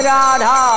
Radha